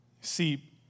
See